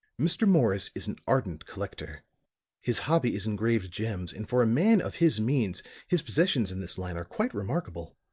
mr. morris is an ardent collector his hobby is engraved gems, and for a man of his means his possessions in this line are quite remarkable.